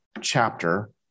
chapter